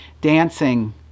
dancing